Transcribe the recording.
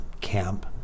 Camp